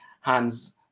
hands